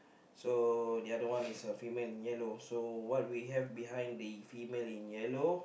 so the other one is a female in yellow so what we have behind the female in yellow